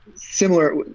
similar